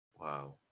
Wow